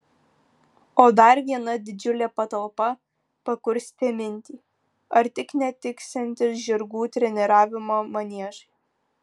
o dar viena didžiulė patalpa pakurstė mintį ar tik netiksianti žirgų treniravimo maniežui